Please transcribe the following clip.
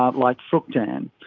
ah like fructan.